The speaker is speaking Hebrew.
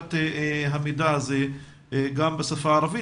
הנגשת המידע הזה גם בשפה הערבית,